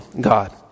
God